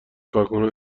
کارکنان